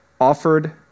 offered